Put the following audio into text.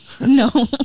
No